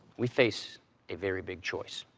we face a very big choice.